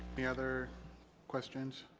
any other questions?